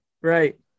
Right